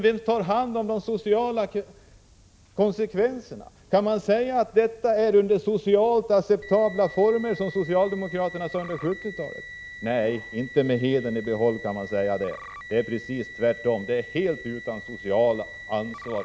Vem tar hand om de sociala konsekvenserna? Kan man säga att detta är socialt acceptabla former, som socialdemokraterna talade om under 70-talet? Nej, inte med hedern i behåll kan man säga det. Det är precis tvärtom. Detta sker helt utan socialt ansvar.